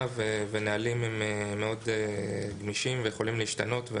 ונהלים הם מאוד גמישים ויכולים להשתנות.